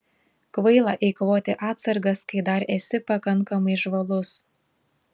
kvaila eikvoti atsargas kai dar esi pakankamai žvalus